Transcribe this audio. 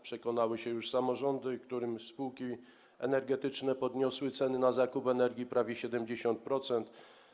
Przekonały się już o tym samorządy, którym spółki energetyczne podniosły ceny zakupu energii o prawie 70%.